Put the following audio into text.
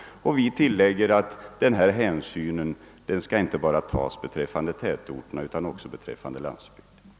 Från vårt partis sida hävdar vi att hänsyn till miljön inte skall tas bara beträffande tätorterna utan även beträffande utvecklingen på landsbygden.